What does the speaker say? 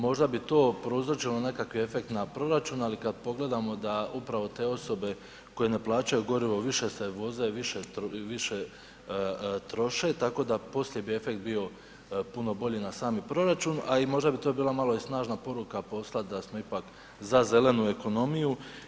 Možda bi to prouzročilo nekakav efekt na proračun, ali kada pogledamo da upravo te osobe koje ne plaćaju gorivo više se vozaju, više troše tako da poslije bi efekt bio puno bolji na sami proračun, a i možda bi to bila malo snažna poruka poslat da smo ipak za zelenu ekonomiju.